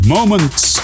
Moments